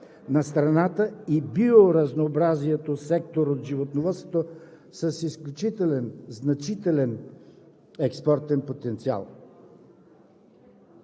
на страната и биоразнообразието сектор от животновъдството с изключителен, значителен, експортен потенциал.